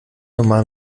normal